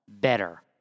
better